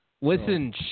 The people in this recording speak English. Listen